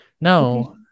No